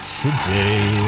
today